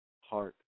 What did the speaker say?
heart